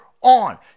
on